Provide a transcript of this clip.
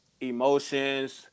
emotions